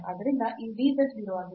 ಆದ್ದರಿಂದ ಈ dz 0 ಆಗಿದೆ